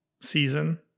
season